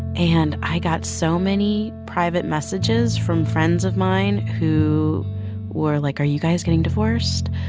and i got so many private messages from friends of mine who were like, are you guys getting divorced?